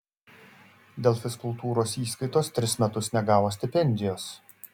dėl fizkultūros įskaitos tris metus negavo stipendijos